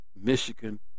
Michigan